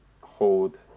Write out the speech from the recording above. hold